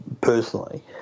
personally